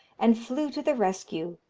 and flew to the rescue,